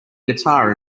guitar